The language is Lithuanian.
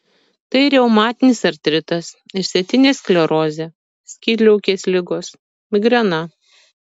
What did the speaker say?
tai reumatinis artritas išsėtinė sklerozė skydliaukės ligos migrena